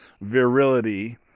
virility